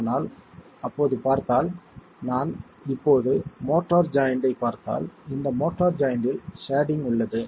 ஆனால் அப்போது பார்த்தால் நான் இப்போது மோர்ட்டார் ஜாயிண்ட் ஐ பார்த்தால் இந்த மோர்ட்டார் ஜாயிண்ட்டில் ஷேடிங் உள்ளது